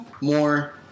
more